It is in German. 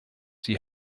die